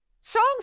songs